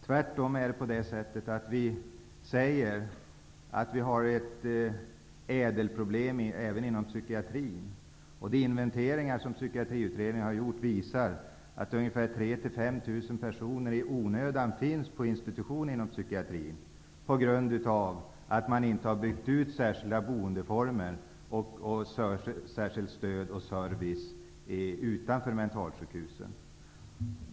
Tvärtom säger vi att det finns ett ÄDEL-problem även inom psykiatrin. De inventeringar som Psykiatriutredningen har gjort visar att ungefär 3 000--5 000 personer i onödan finns på institution inom psykiatrin på grund av att särskilda boendeformer och särskilt stöd och service utanför mentalsjukhusen inte byggts ut.